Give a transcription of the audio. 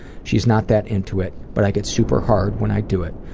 she's not that into it but i get super hard when i do it.